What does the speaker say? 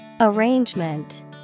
Arrangement